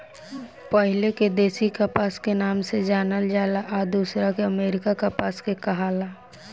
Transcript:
पहिले के देशी कपास के नाम से जानल जाला आ दुसरका के अमेरिकन कपास के कहाला